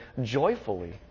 joyfully